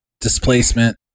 Displacement